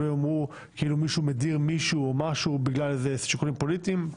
שלא יאמרו שכאילו מישהו מדיר מישהו או משהו בגלל שיקולים פוליטיים.